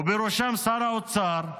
ובראשם שר האוצר,